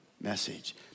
message